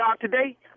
today